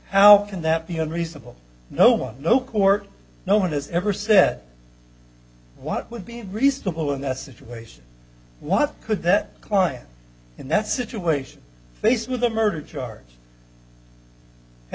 how can that be unreasonable no one no court no one has ever said what would be reasonable in that situation what could that client in that situation face with a murder charge